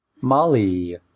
Molly